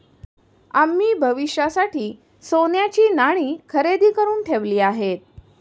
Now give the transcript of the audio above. आम्ही भविष्यासाठी सोन्याची नाणी खरेदी करुन ठेवली आहेत